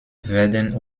werden